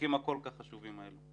החוקים הכל-כך חשובים האלה.